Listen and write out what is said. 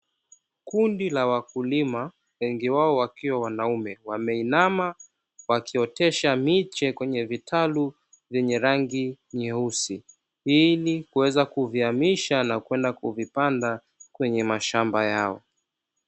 Kundi la wakulima, wengi wao wakiwa wanaume; wameinama wakiotesha miche kwenye vitalu vyenye rangi nyeusi, ili kuweza kuvihamisha na kwenda kuvipanda kwenye mashamba yao.